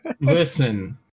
Listen